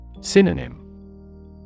Synonym